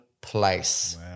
place